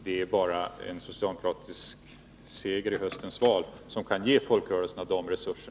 Det är bara en socialdemokratisk valseger i höst som kan ge folkrörelserna dessa resurser.